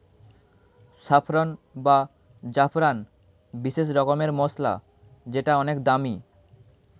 saffron বা জাফরান বিশেষ রকমের মসলা যেটা অনেক দামি